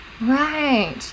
Right